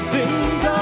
sins